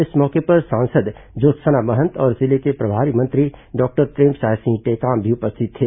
इस मौके पर सांसद ज्योत्सना महंत और जिले के प्रभारी मंत्री डॉक्टर प्रेमसाय सिंह टेकाम भी उपस्थित थे